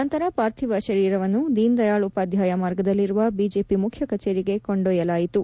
ನಂತರ ಪಾರ್ಥಿವ ಶರೀರವನ್ನು ದೀನ್ದಯಾಳ್ ಉಪಾಧ್ವಯ ಮಾರ್ಗದಲ್ಲಿರುವ ಬಿಜೆಪಿ ಮುಖ್ಯ ಕಛೇರಿಗೆ ಕೊಂಡೊಯ್ದಲಾಯಿತು